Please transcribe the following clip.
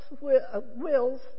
wills